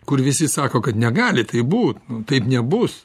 kur visi sako kad negali taip būt taip nebus